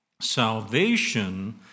Salvation